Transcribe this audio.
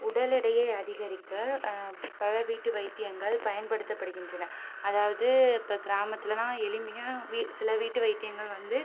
உடல் எடையை அதிகரிக்க பல வீட்டு வைத்தியங்கள் பயன்படுத்தப்படுகின்றன அதாவது இப்போ கிராமத்திலலாம் எளிமையாக சில வீட்டு வைத்தியங்கள் வந்து